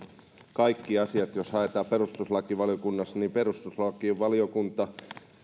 kaikki asiat sille jos tätä haetaan perustuslakivaliokunnasta niin perustuslakivaliokunta